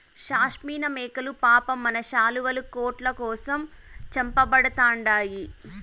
షాస్మినా మేకలు పాపం మన శాలువాలు, కోట్ల కోసం చంపబడతండాయి